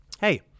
Hey